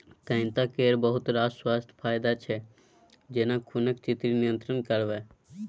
कैता केर बहुत रास स्वास्थ्य फाएदा छै जेना खुनक चिन्नी नियंत्रण करब